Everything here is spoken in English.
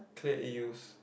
clear A_Us